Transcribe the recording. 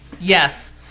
Yes